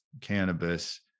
cannabis